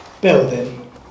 building